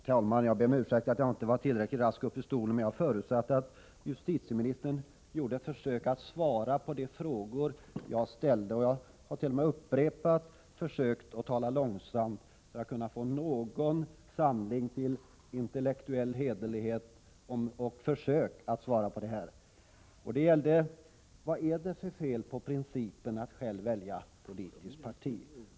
Herr talman! Jag ber om ursäkt att jag inte var tillräckligt rask att begära ordet, men jag förutsatte att justieministern skulle göra ett försök att svara på de frågor jag ställde. Jag hart.o.m. upprepat dem och försökt tala långsamt för att han skulle kunna samla sig till intellektuell hederlighet och försöka svara på frågorna. Det gällde för det första: Vad är det för fel på principen att själv välja politiskt parti?